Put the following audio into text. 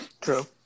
true